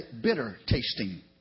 bitter-tasting